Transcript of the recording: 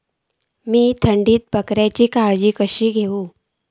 मीया थंडीत बकऱ्यांची काळजी कशी घेव?